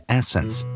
essence